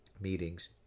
meetings